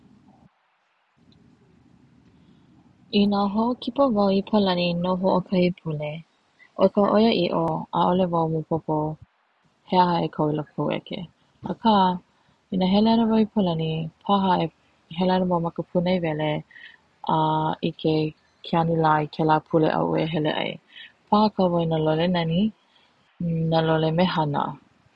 Ina hoʻokipa wau i palani no hoʻokahi pule, o ka oiʻaiʻo ʻaʻole wau maopopo he aha e kau i loko o koʻu eke aka I na hele ana wau i palani paha e hele ana wau ma ka punaewele a ʻike ke ʻanila kela pule aʻu e hele ai paha e komo i na lole nani na lole mehana.